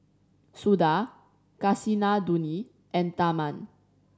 Suda Kasinadhuni and Tharman